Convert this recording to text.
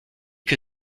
que